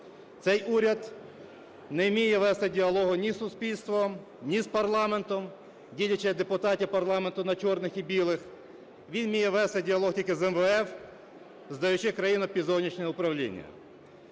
Цей уряд не вміє вести діалог ні з суспільством, ні з парламентом, ділячи депутатів парламенту на чорних і білих. Він вміє вести діалог тільки з МВФ, здаючи країну під зовнішнє управління.